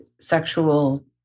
sexual